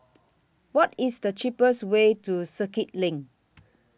What IS The cheapest Way to Circuit LINK